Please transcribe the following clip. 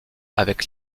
avec